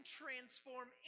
transform